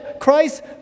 Christ